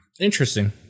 Interesting